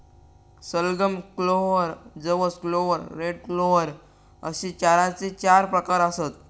सलगम, क्लोव्हर, जवस clover, red clover अश्ये चाऱ्याचे चार प्रकार आसत